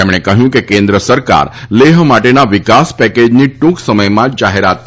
તેમણે કહ્યું કે કેન્દ્ર સરકાર લેહ માટેના વિકાસ પેકેજની ટૂંક સમયમાં જાહેરાત કરશે